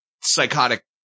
psychotic